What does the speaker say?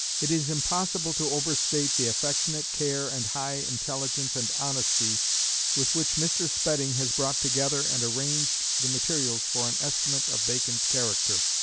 it is impossible to overstate the affectionate care and high intelligence and honesty with which mr. spedding has brought together and arranged the materials for an estimate of bacon's character.